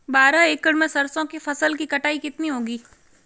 बारह एकड़ में सरसों की फसल की कटाई कितनी होगी?